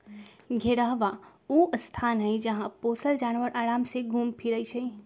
घेरहबा ऊ स्थान हई जहा पोशल जानवर अराम से घुम फिरइ छइ